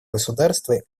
государства